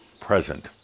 present